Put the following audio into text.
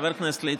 חבר הכנסת ליצמן,